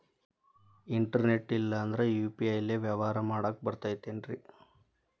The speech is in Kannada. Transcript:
ಇಂಟರ್ನೆಟ್ ಇಲ್ಲಂದ್ರ ಯು.ಪಿ.ಐ ಲೇ ವ್ಯವಹಾರ ಮಾಡಾಕ ಬರತೈತೇನ್ರೇ?